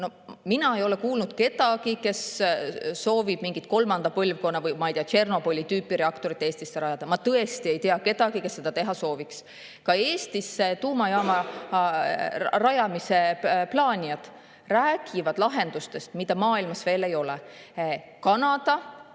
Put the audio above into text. puhul ei tea mina kedagi, kes sooviks mingit kolmanda põlvkonna, või ma ei tea, Tšornobõli tüüpi reaktorit Eestisse rajada. Ma tõesti ei tea kedagi, kes seda teha sooviks. Ka Eestisse tuumajaama rajamise plaanijad räägivad lahendustest, mida maailmas veel ei ole. Kanada,